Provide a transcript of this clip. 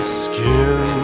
skin